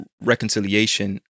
reconciliation